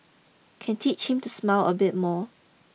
can teach him to smile a bit more